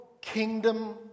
kingdom